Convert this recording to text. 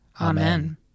Amen